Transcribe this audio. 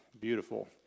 beautiful